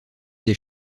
des